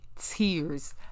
tears